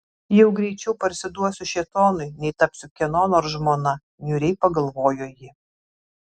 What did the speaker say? jau greičiau parsiduosiu šėtonui nei tapsiu kieno nors žmona niūriai pagalvojo ji